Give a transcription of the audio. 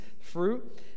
fruit